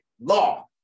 law